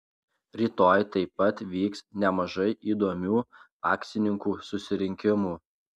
rytoj taip pat vyks nemažai įdomių akcininkų susirinkimų